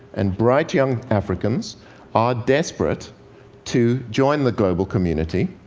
and bright young africans are desperate to join the global community,